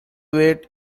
wait